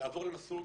לעבור למסלול,